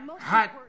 hot